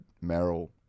Merrill